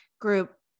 group